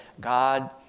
God